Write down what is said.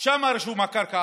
שם רשומה הקרקע,